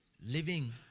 living